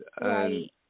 Right